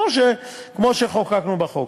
כמו שחוקקנו בחוק.